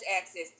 access